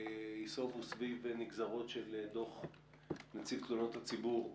ייסובו סביב נגזרות של דוח נציב תלונות הציבור,